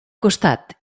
costat